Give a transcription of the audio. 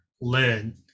learn